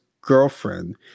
girlfriend